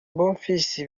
bonfils